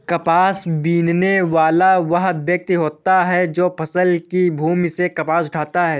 कपास बीनने वाला वह व्यक्ति होता है जो फसल की भूमि से कपास उठाता है